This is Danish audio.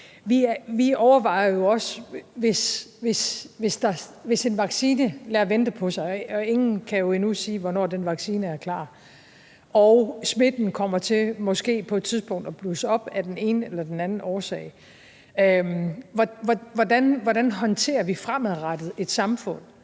Vi overvejer jo også, hvis en vaccine lader vente på sig – ingen kan jo endnu sige, hvornår den vaccine er klar – og smitten måske på et tidspunkt kommer til at blusse op af den ene eller den anden årsag, hvordan vi fremadrettet håndterer